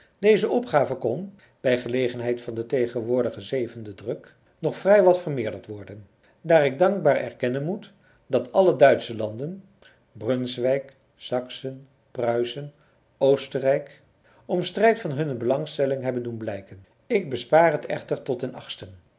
deze opgave kon bij gelegenheid van den tegenwoordigen zevenden druk nog vrij wat vermeerderd worden daar ik dankbaar erkennen moet dat alle duitsche landen brunswijk saksen pruisen oostenrijk om strijd van hunne belangstelling hebben doen blijken ik bespaar het echter tot den achtsten